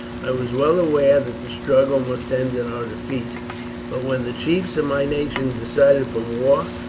i was well aware that the struggle must end in our defeat but when the chiefs of my nation decided for war,